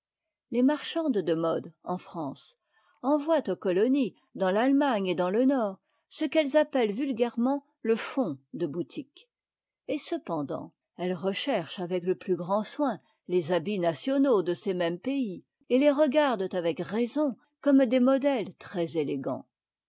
les marchandes de modes en france envoient aux colonies dans l'allemagne et dans le nord ce qu'elles appellent vulgairement le ok de boutique et cependant elles recherchent avec le plus grand soin les habits nationaux de ces mêmes pays et les regardent avec raison comme des modèles